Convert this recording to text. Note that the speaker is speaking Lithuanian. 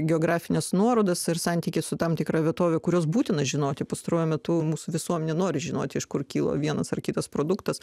geografines nuorodas ir santykį su tam tikra vietove kurios būtina žinoti pastaruoju metu mūsų visuomenė nori žinoti iš kur kyla vienas ar kitas produktas